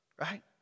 Right